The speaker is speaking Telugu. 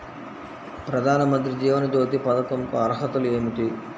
ప్రధాన మంత్రి జీవన జ్యోతి పథకంకు అర్హతలు ఏమిటి?